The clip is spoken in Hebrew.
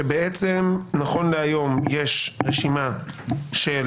שנכון להיום יש רשימה של